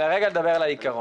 אלא רגע לדבר על העיקרון.